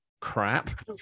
crap